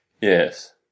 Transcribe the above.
Yes